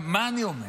מה אני אומר?